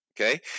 Okay